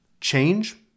Change